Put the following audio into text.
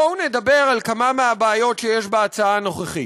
בואו נדבר על כמה מהבעיות שיש בהצעה הנוכחית.